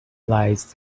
lies